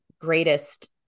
greatest